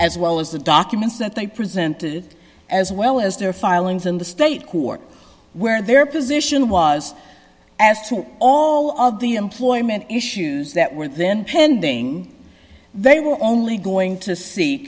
as well as the documents that they presented as well as their filings in the state court where their position was as to all of the employment issues that were then pending they were only going to see